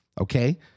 Okay